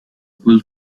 paul